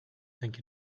think